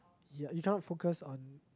ya you cannot focus on